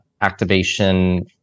activation